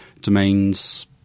domains